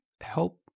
help